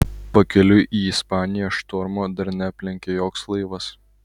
pakeliui į ispaniją štormo dar neaplenkė joks laivas